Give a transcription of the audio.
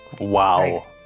Wow